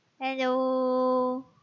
Hello